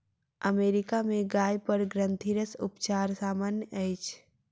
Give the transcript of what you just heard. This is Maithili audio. अमेरिका में गाय पर ग्रंथिरस उपचार सामन्य अछि